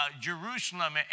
Jerusalem